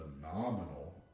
phenomenal